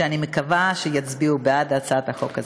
שאני מקווה שיצביעו בעד הצעת החוק הזאת.